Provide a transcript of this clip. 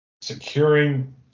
securing